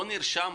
לא נרשם?